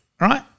Right